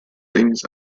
things